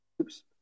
oops